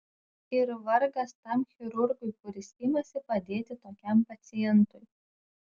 ir vargas tam chirurgui kuris imasi padėti tokiam pacientui